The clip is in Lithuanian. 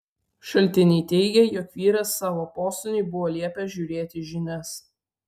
šaltiniai teigė jog vyras savo posūniui buvo liepęs žiūrėti žinias